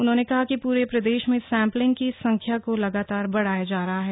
उन्होने कहा कि पूरे प्रदेश में सैंपलिंग की संख्या को लगातार बढ़ाया जा रहा है